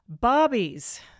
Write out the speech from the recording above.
Bobby's